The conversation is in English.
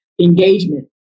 engagement